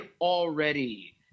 already